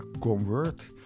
convert